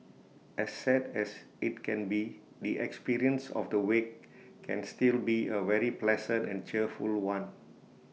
as sad as IT can be the experience of the wake can still be A very pleasant and cheerful one